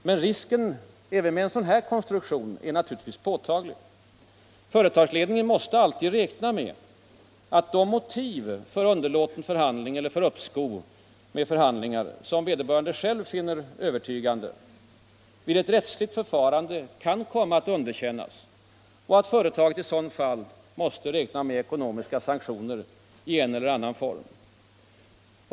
Men risken även med sådan konstruktion är naturligtvis påtaglig. Företagsledningen måste alltid räkna med att de motiv för underlåten förhandling eller för uppskov med förhandling, som vederbörande själv finner övertygande, vid ett rättsligt förfarande kan komma att underkännas och att företaget i sådant fall måste räkna med ekonomiska sanktioner i en eller annan form.